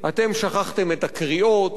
שכתם את הקריאות,